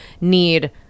need